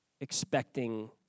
expecting